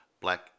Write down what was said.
black